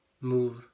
move